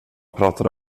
pratade